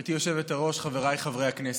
גברתי היושבת-ראש, חבריי חברי הכנסת,